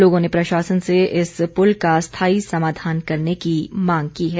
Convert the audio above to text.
लोगों ने प्रशासन से इस पुल का स्थायी समाधान करने की मांग की है